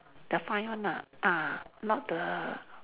the fine one ah ah not the